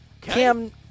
Cam